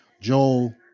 Joel